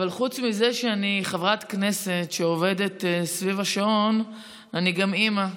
אבל חוץ מזה שאני חברת כנסת שעובדת סביב השעון אני גם אימא,